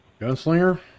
Gunslinger